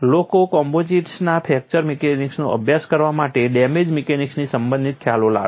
લોકો કમ્પોઝિટ્સના ફ્રેક્ચર મિકેનિક્સનો અભ્યાસ કરવા માટે ડેમેજ મિકેનિક્સથી સંબંધિત ખ્યાલો લાવે છે